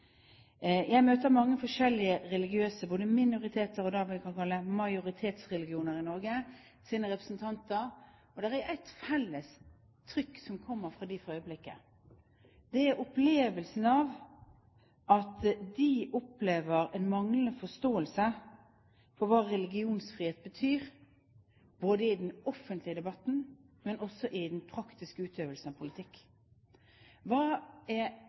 Jeg møter mange representanter fra forskjellige religioner, både minoritetsreligioner og det vi kan kalle majoritetsreligioner i Norge, og det er ett felles trykk som kommer fra dem for øyeblikket. Det er opplevelsen av en manglende forståelse for hva religionsfrihet betyr, både i den offentlige debatten og i den praktiske utøvelsen av politikk. Hva er